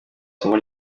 isomo